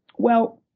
well,